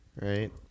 right